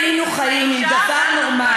רובינשטיין: אילו היינו חיים עם דבר נורמלי,